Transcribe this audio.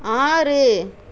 ஆறு